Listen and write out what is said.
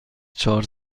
چهار